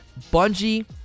Bungie